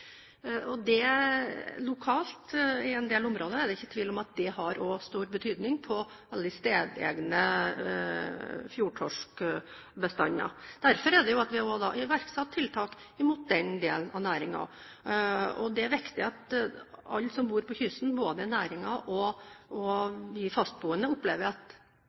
I en del områder lokalt er det ikke tvil om at det også har stor betydning på stedegne fjordtorskbestander. Derfor er det også iverksatt tiltak mot den delen av næringen. Det er viktig at alle som bor på kysten, både næringen og de fastboende, opplever at